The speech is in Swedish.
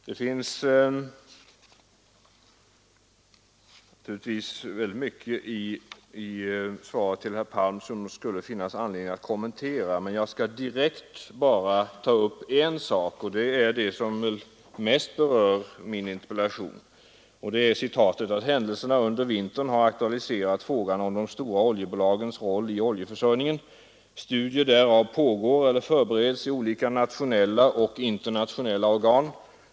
Det finns naturligtvis mycket i svaret till herr Palm som det skulle finnas anledning att kommentera. Jag skall direkt bara ta upp en sak, nämligen det som mest berör min interpellation. I svaret heter det: ”Händelserna under vintern har aktualiserat frågan om de stora oljebolagens roll i oljeförsörjningen. Studier därom pågår eller förbereds i olika nationella och internationella organ.